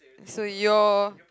so your